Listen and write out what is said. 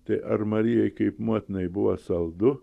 tai ar marijai kaip motinai buvo saldu